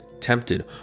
tempted